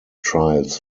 trials